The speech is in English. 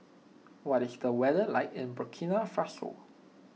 what is the weather like in Burkina Faso